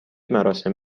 مراسم